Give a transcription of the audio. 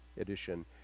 edition